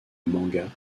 mangas